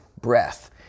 breath